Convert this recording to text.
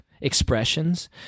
expressions